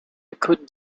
couldn’t